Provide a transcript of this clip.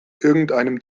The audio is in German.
irgendeinem